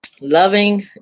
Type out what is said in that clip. loving